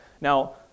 Now